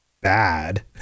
bad